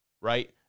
right